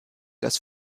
das